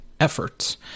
efforts